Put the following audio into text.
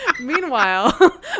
Meanwhile